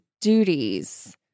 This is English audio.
duties